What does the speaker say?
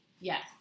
Yes